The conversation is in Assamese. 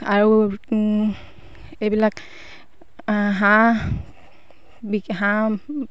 আৰু এইবিলাক হাঁহ বিকি হাঁহ